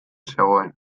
zegoen